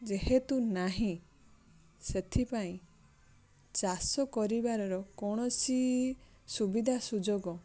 ଯେହେତୁ ନାହିଁ ସେଥିପାଇଁ ଚାଷ କରିବାରର କୌଣସି ସୁବିଧା ସୁଯୋଗ